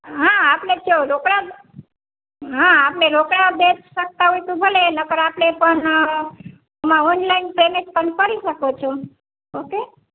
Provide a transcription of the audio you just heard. હા આપણે તો રોકડા હા આપણે રોકડા દઈ શકતા હોય તો ભલે નહીંતર આપણે પણ એમાં ઓનલાઈન પેમેન્ટ પણ કરી શકો છો ઓકે